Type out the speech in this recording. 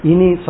Ini